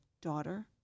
daughter